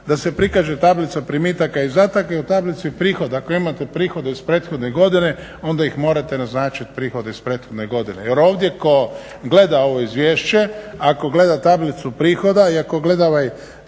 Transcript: da se prikaže tablica primitaka i izdataka jel u tablici prihoda ako imate prihode iz prethodne godine onda ih morate naznačiti prihodi iz prethodne godine. jer ovdje tko gleda ovo izvješće ako gleda tablicu prihoda i ako gleda ovaj